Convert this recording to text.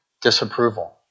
disapproval